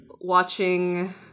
Watching